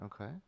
Okay